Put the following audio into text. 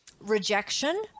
rejection